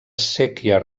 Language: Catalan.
séquia